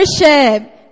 worship